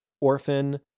Orphan